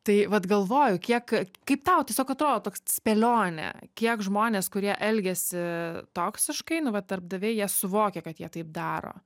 tai vat galvoju kiek kaip tau tiesiog atrodo toks spėlionė kiek žmonės kurie elgiasi toksiškai nu va darbdaviai jie suvokia kad jie taip daro